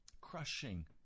crushing